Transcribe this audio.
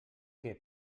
que